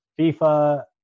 FIFA